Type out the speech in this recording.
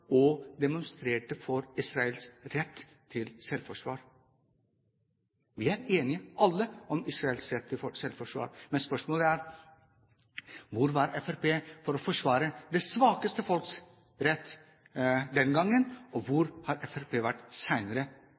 og demonstrerte for Israels rett til selvforsvar. Vi er alle enige om Israels rett til selvforsvar, men spørsmålet er: Hvor var Fremskrittspartiet for å forsvare det svakeste folks rett den gangen, og hvor har Fremskrittspartiet vært